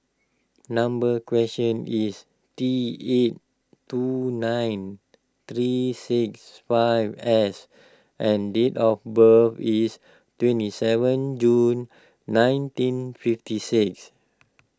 number question T eight two nine three six five S and date of birth is twenty seven June nineteen fifty six